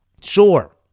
Sure